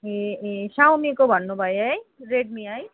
ए ए साउमेको भन्नुभयो है रेडमी है